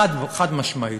חד-משמעית.